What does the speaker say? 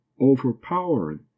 overpowering